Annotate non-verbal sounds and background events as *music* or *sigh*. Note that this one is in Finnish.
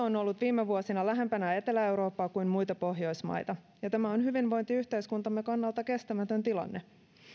*unintelligible* on ollut viime vuosina lähempänä etelä eurooppaa kuin muita pohjoismaita ja tämä on hyvinvointiyhteiskuntamme kannalta kestämätön tilanne